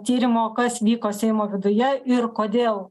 tyrimo kas vyko seimo viduje ir kodėl